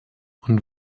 und